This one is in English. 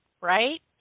Right